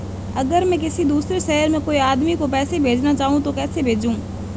अगर मैं किसी दूसरे शहर में कोई आदमी को पैसे भेजना चाहूँ तो कैसे भेजूँ?